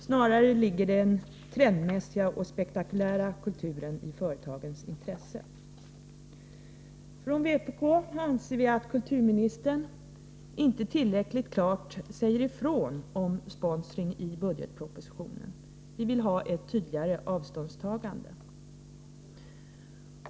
Snarare ligger den trendmässiga och spektakulära kulturen i företagens intresse.” Vi från vpk anser att kulturministern inte tillräckligt klart säger ifrån om sponsring i budgetpropositionen. Vi vill ha ett tydligare avståndstagande.